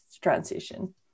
transition